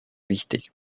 wichtig